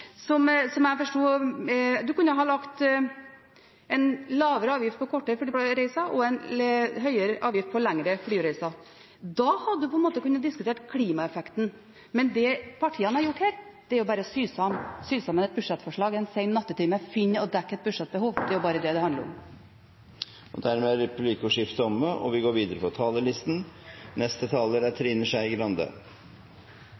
ikke? Slik jeg forsto det, kunne man ha lagt en lavere avgift på kortere flyreiser og en høyere avgift på lengre flyreiser. Da hadde man kunnet diskutere klimaeffekten, men det partiene har gjort her, er bare å sy sammen et budsjettforslag en sen nattetime – finn og dekk et budsjettbehov – det er jo bare det det handler om. Dermed er replikkordskiftet omme. Jeg vet ikke hvordan det er når man sitter og forhandler mellom partiene i regjering, men det er